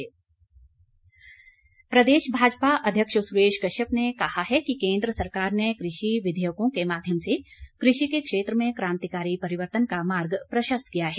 कृषि विधेयक प्रदेश भाजपा अध्यक्ष सुरेश कश्यप ने कहा है कि केंद्र सरकार ने कृषि विधेयकों के माध्यम से कृषि के क्षेत्र में क्रांतिकारी परिवर्तन का मार्ग प्रशस्त किया है